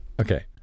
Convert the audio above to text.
Okay